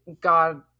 god